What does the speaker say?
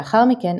לאחר מכן,